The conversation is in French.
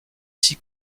six